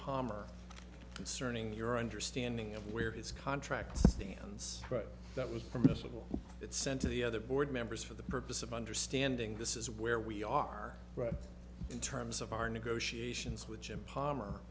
palmer concerning your understanding of where his contract stands right that was permissible it sent to the other board members for the purpose of understanding this is where we are right in terms of our negotiations with jim palmer